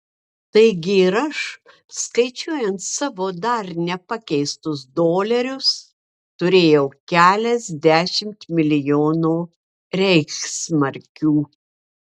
taigi ir aš skaičiuojant savo dar nepakeistus dolerius turėjau keliasdešimt milijonų reichsmarkių